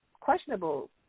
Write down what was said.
questionable